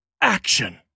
action